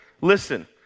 Listen